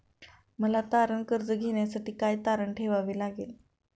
मला तारण कर्ज घेण्यासाठी काय तारण ठेवावे लागेल?